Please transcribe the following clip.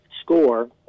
score